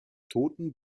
toten